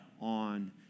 on